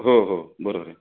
हो हो बरोबर आहे